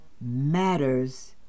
Matters